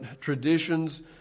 traditions